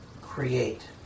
create